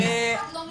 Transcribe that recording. אף אחד לא מתנגד.